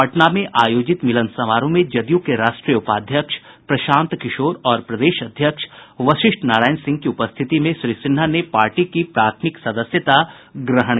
पटना में आयोजित मिलन समारोह में जदयू के राष्ट्रीय उपाध्यक्ष प्रशांत किशोर और प्रदेश अध्यक्ष वशिष्ठ नारायण सिंह की उपस्थिति में श्री सिन्हा ने पार्टी की प्राथमिक सदस्यता ग्रहण की